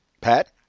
Pat